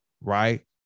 right